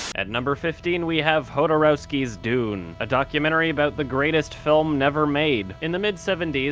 at number fifteen we have jodorowsky's dune, a documentary about the greatest film never made. in the mid seventy s,